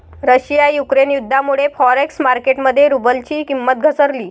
Russia Ukraine युद्धामुळे forex market मध्ये रुबलची किंमत घसरली